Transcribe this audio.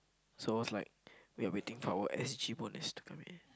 so was like we are waiting for our S_G-Bonus to come in